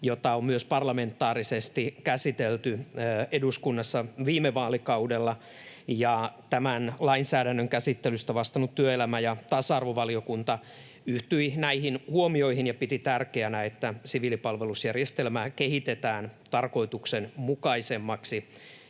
jota on myös parlamentaarisesti käsitelty eduskunnassa viime vaalikaudella. Tämän lainsäädännön käsittelystä vastannut työelämä- ja tasa-arvovaliokunta yhtyi näihin huomioihin ja piti tärkeänä, että siviilipalvelusjärjestelmää kehitetään tarkoituksenmukaisemmaksi,